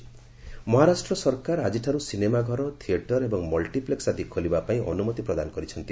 ମହାରାଷ୍ଟ୍ର ସରକାର ମହାରାଷ୍ଟ୍ର ସରକାର ଆଜିଠାରୁ ସିନେମା ଘର ଥିଏଟର ଏବଂ ମଲ୍ଟିପ୍ଲେକ୍ସ ଆଦି ଖୋଲିବା ପାଇଁ ଅନୁମତି ପ୍ରଦାନ କରିଛନ୍ତି